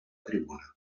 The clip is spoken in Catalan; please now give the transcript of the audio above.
tribuna